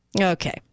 okay